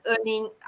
earning